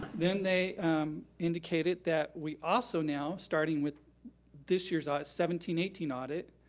then they indicated that we also now, starting with this year's ah seventeen eighteen audit,